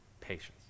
patience